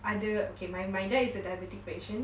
ada okay my my dad is a diabetic patient